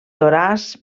toràs